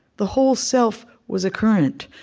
the whole self was a current,